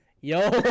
Yo